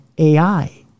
AI